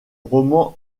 roman